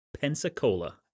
Pensacola